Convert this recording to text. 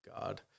God